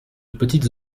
petites